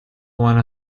one